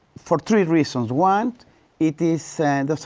for three reasons one it is, and ah,